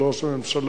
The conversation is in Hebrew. של ראש הממשלה,